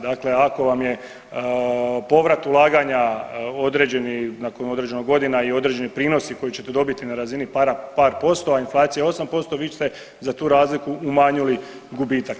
Dakle, ako vam je povrat ulaganja određeni, nakon određeno godina i određeni prinosi koje ćete dobiti na razini par posto, a inflacija je 8% vi ste za tu razliku umanjili gubitak.